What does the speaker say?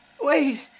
Wait